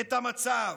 את המצב.